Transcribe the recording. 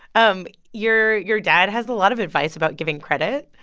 um your your dad has a lot of advice about giving credit.